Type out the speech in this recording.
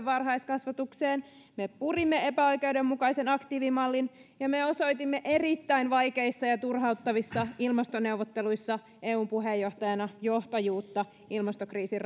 varhaiskasvatukseen me purimme epäoikeudenmukaisen aktiivimallin ja me osoitimme erittäin vaikeissa ja ja turhauttavissa ilmastoneuvotteluissa eun puheenjohtajana johtajuutta ilmastokriisin